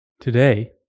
Today